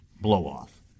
blow-off